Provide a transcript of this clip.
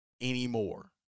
anymore